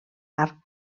arc